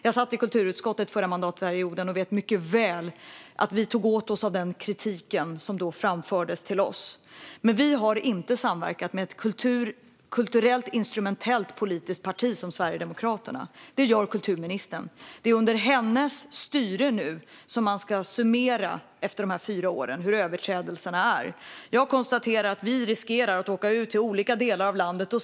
Jag satt i kulturutskottet förra mandatperioden och vet mycket väl att vi tog åt oss av den kritik som framfördes till oss. Vi har dock inte samverkat med ett kulturellt instrumentellt parti som Sverigedemokraterna. Det gör kulturministern. Det är efter hennes styre i fyra år som man ska summera överträdelserna. Jag kan konstatera att vi riskerar att få se överträdelser i olika delar av landet.